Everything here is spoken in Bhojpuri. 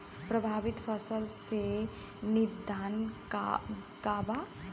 प्रभावित फसल के निदान का बा?